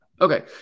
Okay